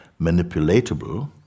manipulatable